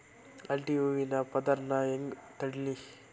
ಅಡ್ಡ ಹೂವಿನ ಪದರ್ ನಾ ಹೆಂಗ್ ತಡಿಲಿ?